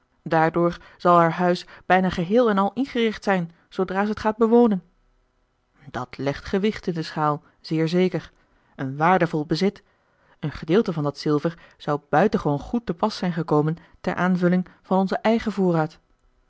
daardoor zal haar huis bijna geheel en al ingericht zijn zoodra ze t gaat bewonen dat legt gewicht in de schaal zeer zeker een waardevol bezit een gedeelte van dat zilver zou buitengewoon goed te pas zijn gekomen ter aanvulling van onzen eigen voorraad